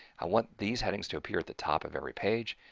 i want these headings to appear at the top of every page.